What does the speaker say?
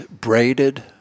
braided